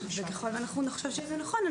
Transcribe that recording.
וככל שאנחנו נחשוב שזה נכון,